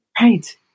Right